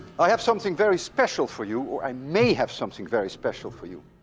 i have something very special for you, or i may have something very special for you.